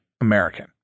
American